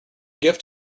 gift